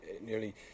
nearly